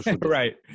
Right